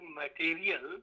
material